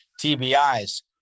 TBIs